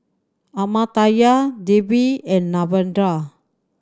Amartya Devi and Narendra